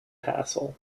hassle